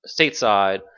stateside